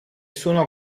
suonò